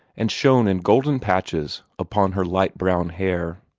and shone in golden patches upon her light-brown hair.